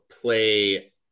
play